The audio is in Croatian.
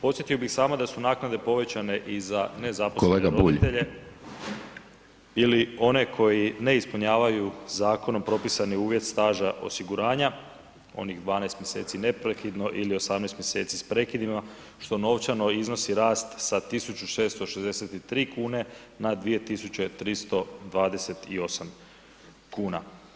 Podsjetio bi samo da su naknade povećane i za nezaposlene roditelje [[Upadica: Kolega Bulj.]] ili one koji ne ispunjavaju zakonom propisani uvjet staža osiguranja, onih 12 mjeseci neprekidno ili 18 mjeseci s prekidima što novčano iznosi rast sa 1.663 kune na 2.328 kuna.